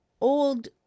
old